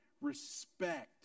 respect